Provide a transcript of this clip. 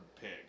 pig